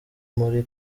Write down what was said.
muri